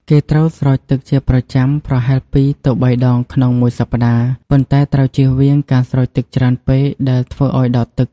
គេត្រូវស្រោចទឹកជាប្រចាំ ប្រហែល ២ទៅ ៣ ដងក្នុងមួយសប្តាហ៍ ប៉ុន្តែត្រូវជៀសវាងការស្រោចទឹកច្រើនពេកដែលធ្វើឱ្យដក់ទឹក។